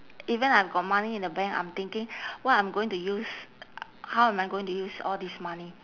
even I've got money in the bank I'm thinking what I'm going to use how am I going to use all this money